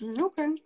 Okay